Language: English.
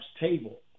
table